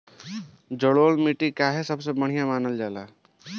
जलोड़ माटी काहे सबसे बढ़िया मानल जाला?